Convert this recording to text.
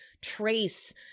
trace